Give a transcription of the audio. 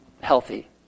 healthy